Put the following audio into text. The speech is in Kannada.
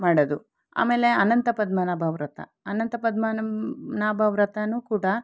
ಮಾಡೋದು ಆಮೇಲೆ ಅನಂತ ಪದ್ಮನಾಭ ವ್ರತ ಅನಂತ ಪದ್ಮನಾಭ ನಾಭ ವ್ರತನೂ ಕೂಡ